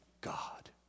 God